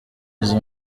izo